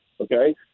Okay